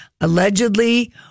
allegedly